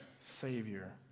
Savior